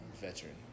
veteran